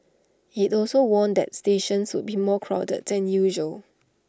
IT also warned that stations would be more crowded than usual